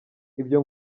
ibyo